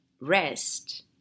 rest